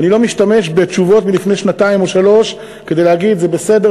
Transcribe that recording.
ואני לא משתמש בתשובות מלפני שנתיים או שלוש שנים כדי להגיד: זה בסדר,